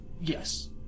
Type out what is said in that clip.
Yes